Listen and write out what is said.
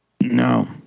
No